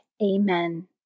Amen